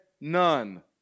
none